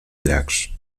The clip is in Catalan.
llacs